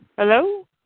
Hello